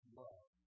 love